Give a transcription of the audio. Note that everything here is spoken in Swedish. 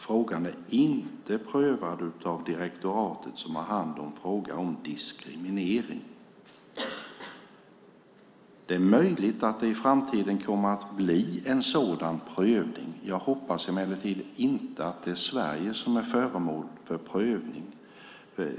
Frågan är inte prövad av direktoratet som har hand om frågor om diskriminering. Det är möjligt att det i framtiden kommer att bli en sådan prövning. Jag hoppas emellertid inte att det är Sverige som är föremål för prövning.